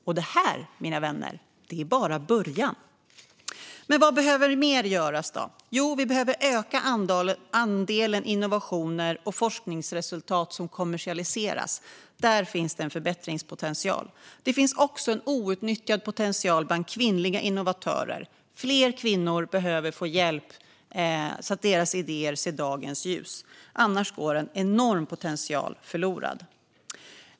Och det här, mina vänner, är bara början. Vad behöver då göras mer? Jo, vi behöver öka andelen innovationer och forskningsresultat som kommersialiseras. Där finns en förbättringspotential. Det finns också en outnyttjad potential bland kvinnliga innovatörer. Fler kvinnor behöver få hjälp, så att deras idéer ser dagens ljus. Annars går en enorm potential förlorad.